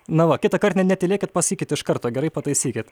na va kitąkart ne netylėkit pasakykit iš karto gerai pataisykit